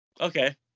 Okay